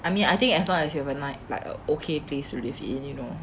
I mean I think as long as you have a night like okay place to live in you know